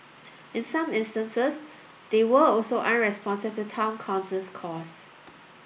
in some instances they were also unresponsive to Town Council's calls